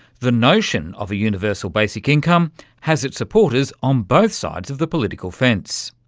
the notion of a universal basic income has its supporters on both sides of the political fence.